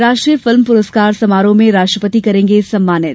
राष्ट्रीय फिल्म पुरस्कार समारोह में राष्ट्रपति करेंगे सम्मानित